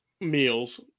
meals